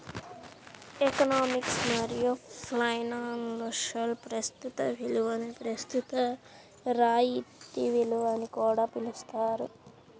economics మరియు ఫైనాన్స్లో ప్రస్తుత విలువని ప్రస్తుత రాయితీ విలువ అని కూడా పిలుస్తారు